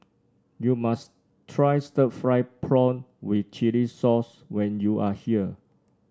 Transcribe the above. you must try stir fry prawn with Chili Sauce when you are here